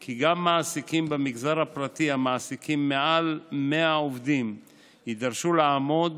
כי גם מעסיקים במגזר הפרטי המעסיקים מעל 100 עובדים יידרשו לעמוד